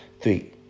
Three